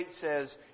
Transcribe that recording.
says